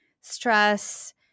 stress